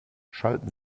schalten